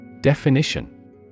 Definition